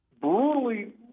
brutally